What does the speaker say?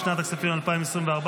לשנת הכספים 2024,